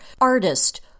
artist